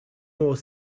more